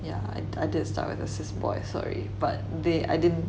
yeah and I did start with a cis boy sorry but they I didn't